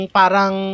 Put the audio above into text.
parang